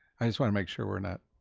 i just wanna make sure we're not